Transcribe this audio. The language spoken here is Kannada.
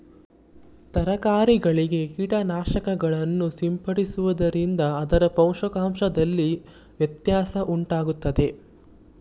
ತರಕಾರಿಗಳಿಗೆ ಕೀಟನಾಶಕಗಳನ್ನು ಸಿಂಪಡಿಸುವುದರಿಂದ ಅದರ ಪೋಷಕಾಂಶದಲ್ಲಿ ವ್ಯತ್ಯಾಸ ಉಂಟಾಗುವುದೇ?